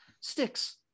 sticks